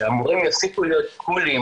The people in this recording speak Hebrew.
שהמורים יפסיקו להיות 'קולים',